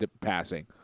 passing